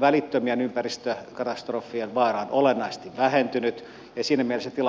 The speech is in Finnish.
välittömien ympäristökatastrofien vaara on olennaisesti vähentynyt ja siinä mielessä tilanne on olennaisesti parantunut